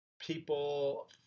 people